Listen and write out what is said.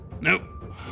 Nope